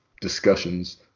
discussions